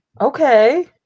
Okay